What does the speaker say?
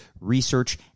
research